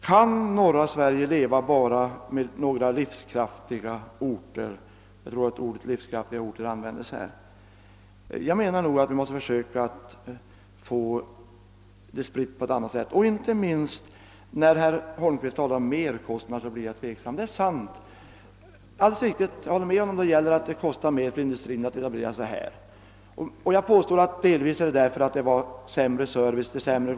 Kan norra Sverige leva med bara några »livskraftiga orter»? Jag tror att det var de orden som inrikesministern använde. Nej, jag anser att vi måste försöka få en större spridning på befolkningen. Inte minst tveksam blev jag när herr Holmqvist talade om merkostnaderna. Jag håller med om att det kostar mera att driva en industri i glesbygdsområdena, men det beror ju delvis på att kommunikationerna och servicen där är sämre.